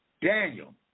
Daniel